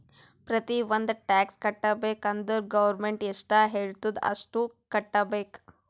ಪ್ರತಿ ಒಂದ್ ಟ್ಯಾಕ್ಸ್ ಕಟ್ಟಬೇಕ್ ಅಂದುರ್ ಗೌರ್ಮೆಂಟ್ ಎಷ್ಟ ಹೆಳ್ತುದ್ ಅಷ್ಟು ಕಟ್ಟಬೇಕ್